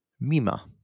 Mima